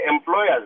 employers